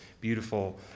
beautiful